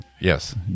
Yes